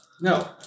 no